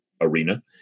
arena